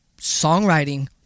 songwriting